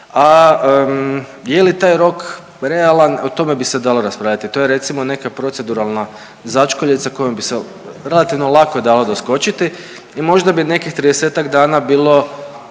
a je li taj rok realan o tome bi se dalo raspravljati, to je recimo neka proceduralna začkoljica kojom bi se relativno lako dalo doskočiti i možda bi nekih 30-tak dana bilo